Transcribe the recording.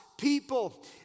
People